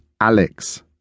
Alex